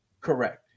Correct